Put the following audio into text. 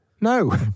No